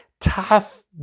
tough